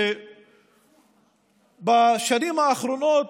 שבשנים האחרונות